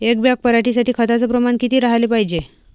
एक बॅग पराटी साठी खताचं प्रमान किती राहाले पायजे?